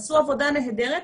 עשו עבודה נהדרת,